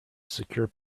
secure